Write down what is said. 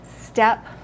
step